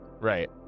Right